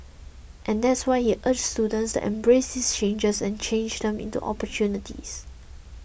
and that's why he urged students embrace these changes and change them into opportunities